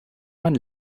man